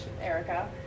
Erica